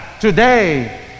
Today